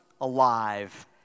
alive